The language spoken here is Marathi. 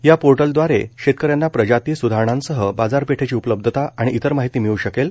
या पोर्टल द्वारे शेतक यांना प्रजाती सुधारणांसह बाजारपेठची उपलब्धता आणि इतर माहिती मिळू शकेल